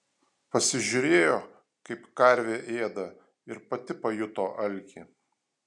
pasižiūrėjo kaip karvė ėda ir pati pajuto alkį